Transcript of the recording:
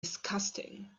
disgusting